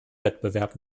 wettbewerb